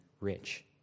rich